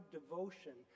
devotion